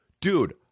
Dude